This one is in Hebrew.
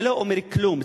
זה לא אומר כלום.